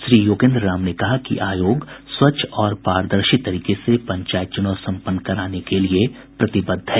श्री योगेन्द्र राम ने कहा कि आयोग स्वच्छ और पारदर्शी तरीके से पंचायत चूनाव संपन्न कराने के लिए प्रतिबद्ध है